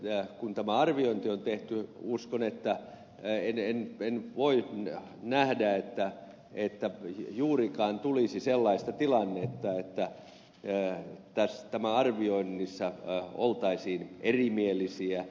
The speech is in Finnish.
sitten kun tämä arviointi on tehty en voi nähdä että juurikaan tulisi sellaista tilannetta että tässä arvioinnissa oltaisiin erimielisiä